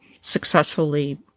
successfully